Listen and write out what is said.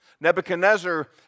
Nebuchadnezzar